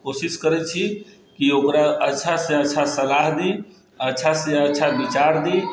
कोशिश करै छी की ओकरा अच्छासँ अच्छा सलाह दी अच्छासँ अच्छा विचार दी